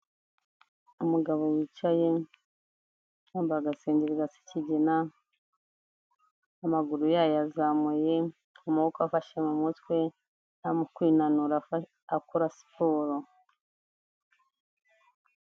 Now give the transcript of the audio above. Umugabo wicaye, yambaye agasengeri gasa ikigina, amaguru yayazamuye, amaboko afashe mu mutwe, arimo kwinanura akora siporo.